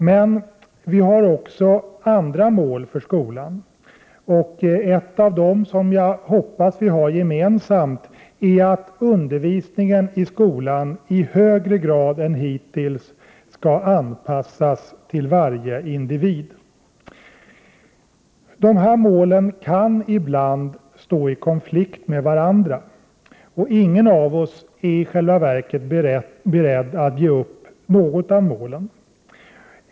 Men vi har också andra mål för skolan, och ett av dem som jag hoppas vi har gemensamt är att undervisningen i skolan i högre grad än hittills skall anpassas till varje individ. De här målen kan ibland stå i konflikt med varandra, och ingen av oss är i själva verket beredd att ge upp något av målen.